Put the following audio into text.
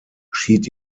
schied